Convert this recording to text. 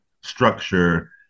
structure